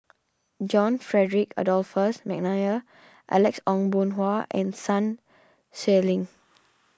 John Frederick Adolphus McNair Alex Ong Boon Hau and Sun Xueling